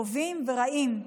טובים ורעים,